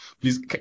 please